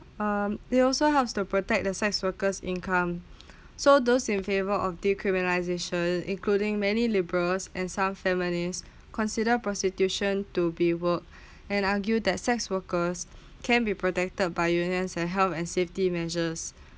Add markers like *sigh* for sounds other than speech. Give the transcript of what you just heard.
um they also helps to protect the sex worker's income *breath* so those in favour of decriminalisation including many labourers and some families consider prostitution to be worked *breath* and argue that sex workers *breath* can be protected by union and help and safety measures